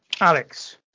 Alex